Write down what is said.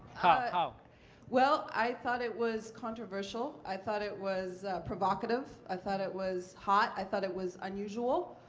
ah well, i thought it was controversial. i thought it was provocative. i thought it was hot. i thought it was unusual.